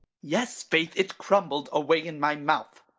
yes faith, it crumbled away in my mouth.